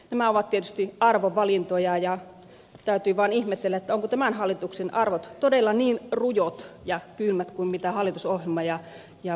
nämä ovat tietysti arvovalintoja ja täytyy vain ihmetellä ovatko tämän hallituksen arvot todella niin rujot ja kylmät kuin mitä hallitusohjelma ja budjetti näyttävät